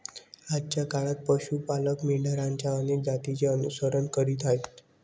आजच्या काळात पशु पालक मेंढरांच्या अनेक जातींचे अनुसरण करीत आहेत